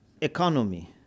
economy